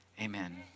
amen